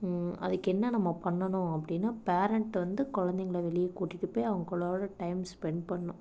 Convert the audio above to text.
அதுக்கென்ன நம்ம பண்ணணும் அப்படின்னா பேரண்ட் வந்து கொழந்தைங்கள வெளியே கூட்டிகிட்டு போய் அவங்களோட டைம் ஸ்பெண்ட் பண்ணணும்